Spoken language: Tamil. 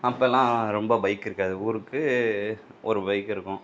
அப்பெலாம் ரொம்ப பைக் இருக்காது ஊருக்கு ஒரு பைக் இருக்கும்